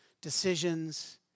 decisions